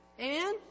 Amen